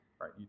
right